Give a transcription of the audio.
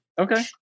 Okay